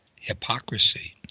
hypocrisy